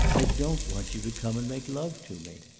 i don't want you to come and make love to me.